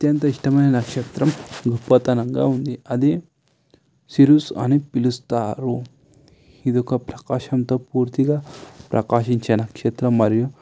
అత్యంత ఇష్టమైన నక్షత్రం గొప్పతనంగా ఉంది అది సిరుస్ అని పిలుస్తారు ఇది ఒక ప్రకాశంతో పూర్తిగా ప్రకాశించే నక్షత్రం మరియు